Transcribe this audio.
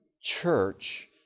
church